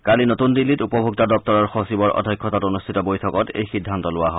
কালি নতুন দিল্লীত উপভোক্তা দপ্তৰৰ সচিবৰ অধ্যক্ষতাত অনুষ্ঠিত বৈঠকত এই সিদ্ধান্ত লোৱা হয়